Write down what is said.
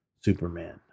Superman